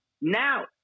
now